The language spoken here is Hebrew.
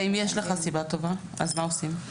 ואם יש לך סיבה טובה, אז מה עושים?